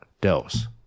dose